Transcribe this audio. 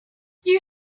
you